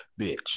bitch